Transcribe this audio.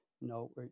no